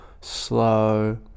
slow